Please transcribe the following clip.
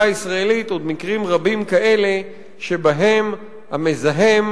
הישראלית עוד מקרים רבים כאלה שבהם המזהם